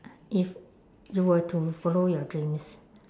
if you were to follow your dreams